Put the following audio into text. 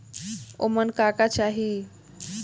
ओमन का का चाही?